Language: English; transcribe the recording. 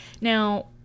now